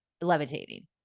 levitating